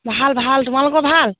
ভাল ভাল তোমালোকৰ ভাল